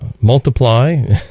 multiply